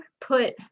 put